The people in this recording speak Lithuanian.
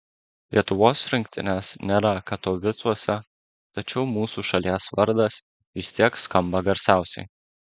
lietuvos rinktinės nėra katovicuose tačiau mūsų šalies vardas vis tiek skamba garsiausiai